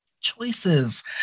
Choices